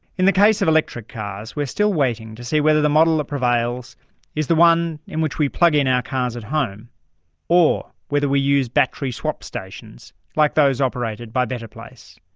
in the case of electric cars we waiting to see whether the model that prevails is the one in which we plug in our cars at home or whether we use battery swap stations like those operated by better place.